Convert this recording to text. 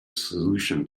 solution